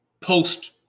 post